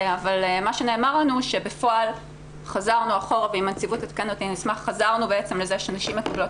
אבל מה שנאמר לנו הוא שבפועל חזרנו אחורה לזה שנשים מקבלות